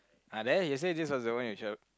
ah there yesterday this was the one you show